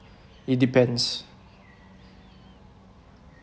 it depends